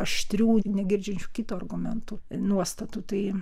aštrių negirdžiančių kito argumentų nuostatų tai